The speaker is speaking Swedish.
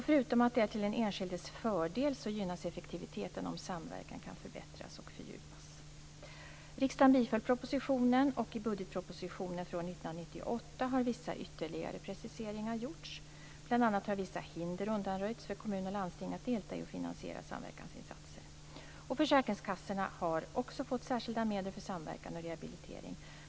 Förutom att det är till den enskildes fördel gynnas effektiviteten om samverkan kan förbättras och fördjupas. Riksdagen biföll propositionen och i budgetpropositionen för år 1998 har vissa ytterligare preciseringar gjorts, bl.a. har vissa hinder undanröjts för kommun och landsting att delta i och finansiera samverkansinsatser. Försäkringskassorna har också fått särskilda medel för samverkan och rehabilitering.